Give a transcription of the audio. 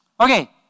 Okay